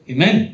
Amen